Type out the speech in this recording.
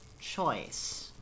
choice